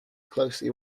closely